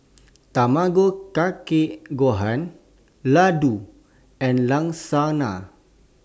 Tamago Kake Gohan Ladoo and Lasagna